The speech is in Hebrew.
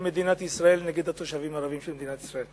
מדינת ישראל תמיד נגד התושבים הערבים של מדינת ישראל.